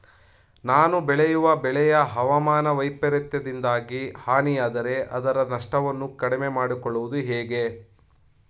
ನಾನು ಬೆಳೆಯುವ ಬೆಳೆಯು ಹವಾಮಾನ ವೈಫರಿತ್ಯದಿಂದಾಗಿ ಹಾನಿಯಾದರೆ ಅದರ ನಷ್ಟವನ್ನು ಕಡಿಮೆ ಮಾಡಿಕೊಳ್ಳುವುದು ಹೇಗೆ?